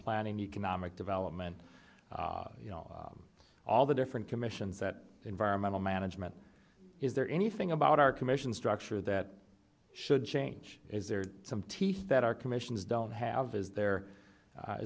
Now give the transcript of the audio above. plan and economic development you know all the different commissions at environmental management is there anything about our commission structure that should change is there some teeth that our commissions don't have is there